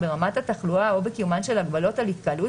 ברמת התחלואה או בקיומן של הגבלות על התקבלות